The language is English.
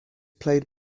played